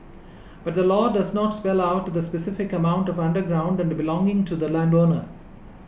but the law does not spell out the specific amount of underground and belonging to the landowner